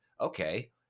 Okay